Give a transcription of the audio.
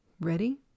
Ready